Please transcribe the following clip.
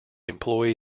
employee